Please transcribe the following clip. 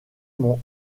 m’ont